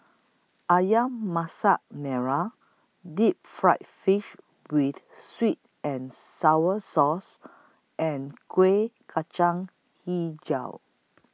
Ayam Masak Merah Deep Fried Fish with Sweet and Sour Sauce and Kueh Kacang Hijau